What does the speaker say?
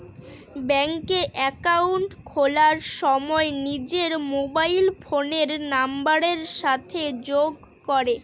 ব্যাঙ্কে একাউন্ট খোলার সময় নিজের মোবাইল ফোনের নাম্বারের সাথে যোগ করে